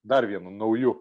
dar vienu nauju